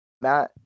Matt